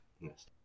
yes